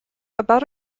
about